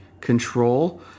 control